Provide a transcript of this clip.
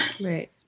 right